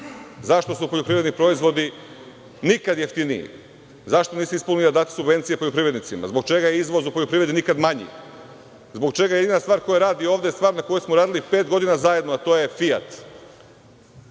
Zašto su poljoprivredni proizvodi nikad jeftiniji? Zašto niste ispunili date subvencije poljoprivrednicima? Zbog čega je izvoz u poljoprivredi nikad manji? Zbog čega jedina stvar koja radi ovde je stvar na kojoj smo radili pet godina zajedno, a to je